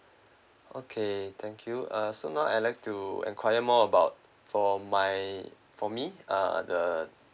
okay thank you uh so now I like to acquire more about for my for me uh the